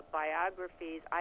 biographies